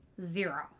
zero